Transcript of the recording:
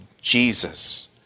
Jesus